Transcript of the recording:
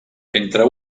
entre